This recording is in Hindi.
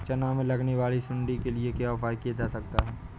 चना में लगने वाली सुंडी के लिए क्या उपाय किया जा सकता है?